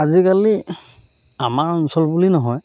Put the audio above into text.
আজিকালি আমাৰ অঞ্চল বুলি নহয়